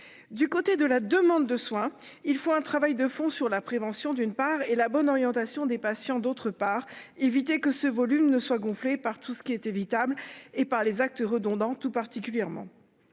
Du côté de la demande de soins, il faut un travail de fond sur la prévention d'une part et la bonne orientation des patients. D'autre part éviter que ce volume ne soient gonflés par tout ce qui est évitable et par les actes redondants tout particulièrement.